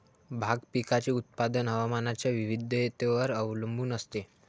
भाग पिकाचे उत्पादन हवामानाच्या विविधतेवर अवलंबून असते